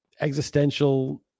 existential